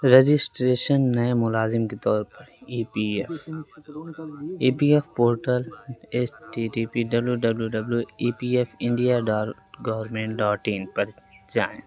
registration نئے ملازم کے طور پر E P F E P F portal H T T P W W W E P F India dot government dot in پر جائیں